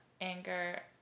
anger